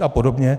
A podobně.